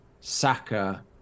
Saka